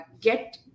get